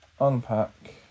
unpack